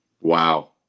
Wow